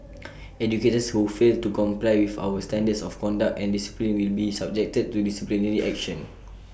educators who fail to comply with our standards of conduct and discipline will be subjected to disciplinary action